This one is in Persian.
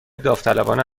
داوطلبانه